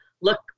look